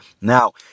now